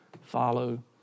follow